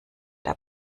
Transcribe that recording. der